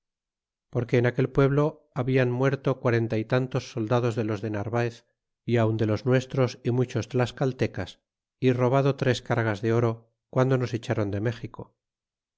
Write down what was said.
porque en aquel pueblo habian muerto quarenta y tantos soldados de los de narvaez y aun de los nuestros y muchos tlascaltecas y robado tres cargas de oro piando nos echaron de méxico